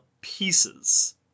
pieces